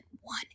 one